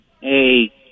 Hey